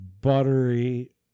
buttery